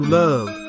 love